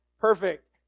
perfect